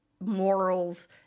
morals